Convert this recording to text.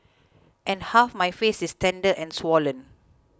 and half my face is tender and swollen